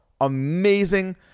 amazing